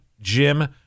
Jim